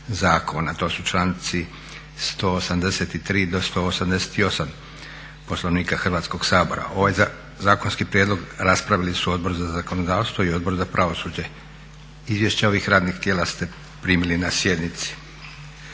To su članci 183. do 188. Poslovnika Hrvatskog sabora. Ovaj zakonski prijedlog raspravili su Odbor za zakonodavstvo i Odbor za pravosuđe. Izvješća ovih radnih tijela ste primili na sjednici.